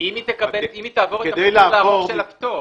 אם היא תעבור את האחוז --- של הפטור.